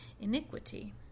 iniquity